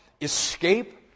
escape